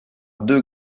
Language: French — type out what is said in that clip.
deux